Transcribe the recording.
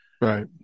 Right